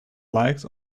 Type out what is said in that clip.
lijkt